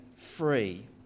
Free